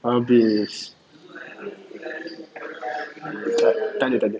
habis takde takde